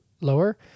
lower